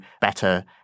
better